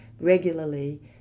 regularly